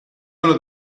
uno